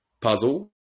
puzzle